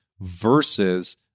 versus